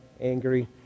angry